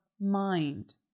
mind